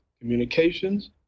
Communications